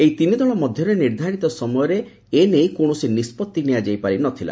ଏହି ତିନିଦଳ ମଧ୍ୟରେ ନିର୍ଦ୍ଧାରିତ ସମୟରେ ଏ ନେଇ କୌଣସି ନିଷ୍ପଭି ନିଆଯାଇ ପାରିନଥିଲା